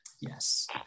Yes